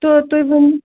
تہٕ تُہۍ ؤنِو